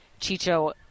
Chicho